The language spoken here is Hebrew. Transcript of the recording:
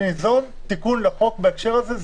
שניזום תיקון לחוק בהקשר הזה.